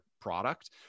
product